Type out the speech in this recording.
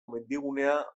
mendigunea